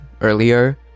earlier